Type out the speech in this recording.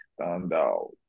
standout